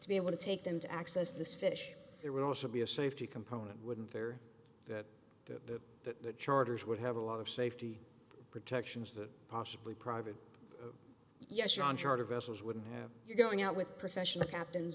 to be able to take them to access this fish there would also be a safety component wouldn't there that the chargers would have a lot of safety protections that possibly private yes sean charter vessels wouldn't have you're going out with professional captains